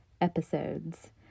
episodes